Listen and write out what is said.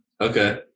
Okay